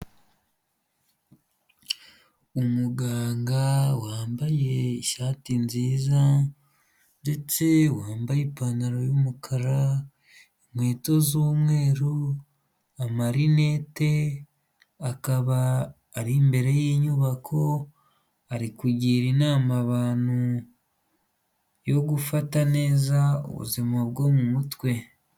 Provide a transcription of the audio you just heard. Umuganga wambaye ishati nziza ndetse wambaye ipantaro y'umukara inkweto z'umweru amarinette akaba ari imbere y'inyubako arikugira inama abantu yo gufata neza ubuzima bwo mumutwe.